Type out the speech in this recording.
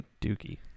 Dookie